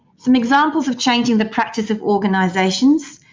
some examples of change in the practice of organisations,